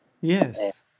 Yes